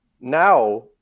now